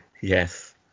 Yes